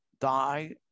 die